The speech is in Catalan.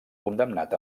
condemnat